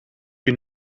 you